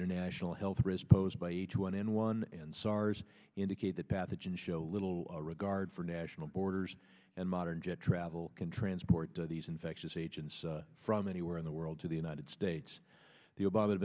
international health risk posed by h one n one and sars indicate that pathogen show little regard for national borders and modern jet travel can transport these infectious agents from anywhere in the world to the united states